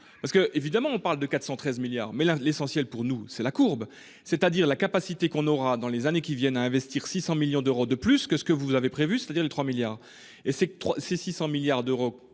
parce que évidemment on parle de 413 milliards, mais là l'essentiel pour nous, c'est la courbe, c'est-à-dire la capacité qu'on aura dans les années qui viennent à investir 600 millions d'euros de plus que ce que vous avez prévu, c'est-à-dire les 3 milliards et ces trois, ces 600 milliards d'euros